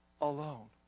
Alone